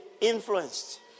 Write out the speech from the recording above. influenced